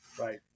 right